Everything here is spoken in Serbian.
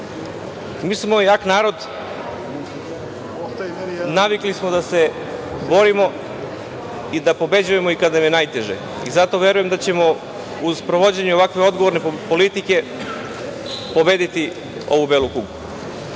smo jak narod, navikli smo da se borimo i da pobeđujemo i kad nam je najteže i zato verujem da ćemo uz sprovođenje ovakve odgovorne politike pobediti ovu belu kugu.